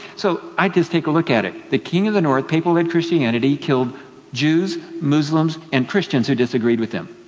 so i'd just take a look at it. the king of the north papal led christianity, killed jews, muslims, and christians who disagreed with him.